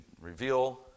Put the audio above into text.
reveal